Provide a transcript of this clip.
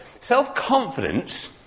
self-confidence